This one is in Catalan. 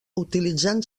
utilitzant